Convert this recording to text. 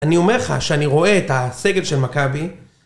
אני אומר לך שאני רואה את הסגל של מכבי